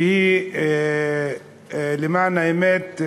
שנמצאת, למען האמת,